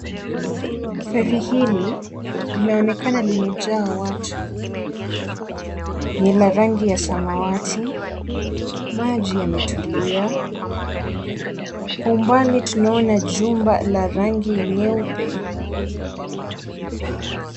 Feri hili linaonekana limejaa watu, ni la rangi ya samawati, maji yametulia, kwa umbali tunaona jumba la rangi nyeupe.